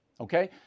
okay